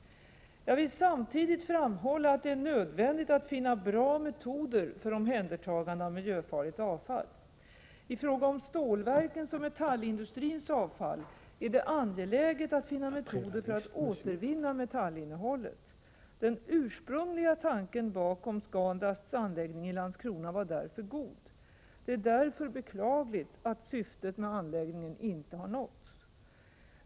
Jag vill samtidigt framhålla att det är nödvändigt att finna bra metoder för omhändertagande av miljöfarligt avfall. I fråga om stålverkens och metallindustrins avfall är det angeläget att finna metoder för att återvinna metallinnehållet. Den ursprungliga tanken bakom ScanDusts anläggning i Landskrona var därför god. Det är därför beklagligt att syftet med anläggningen inte har nåtts.